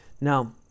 Now